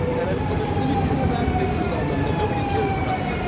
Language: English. and i've published really cool math papers on them that nobody cares about